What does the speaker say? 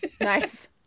Nice